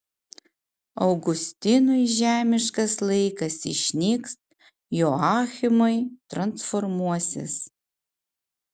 augustinui žemiškas laikas išnyks joachimui transformuosis